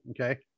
okay